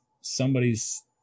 somebody's –